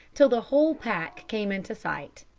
till the whole pack came into sight,